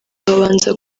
babanza